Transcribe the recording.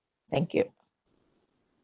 thank you